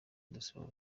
kudusura